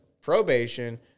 probation